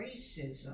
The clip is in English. racism